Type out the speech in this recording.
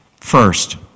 first